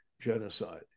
genocide